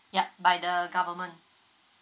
yup by the government